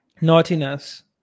Naughtiness